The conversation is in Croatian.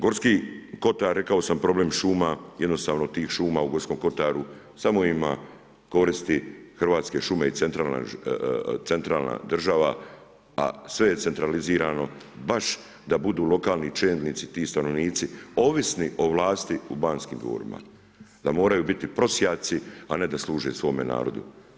Gorski kotar rekao sam problem šuma, jednostavno tih šuma u Gorskom kotaru samo ima koristi Hrvatske šume i centralna država, sve je centralizirano baš da budu lokalni čelnici ti stanovnici ovisni o vlasti u Banskim dvorima, da moraju biti prosjaci a ne da služe svome narodu.